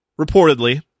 Reportedly